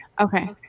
okay